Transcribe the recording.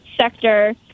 sector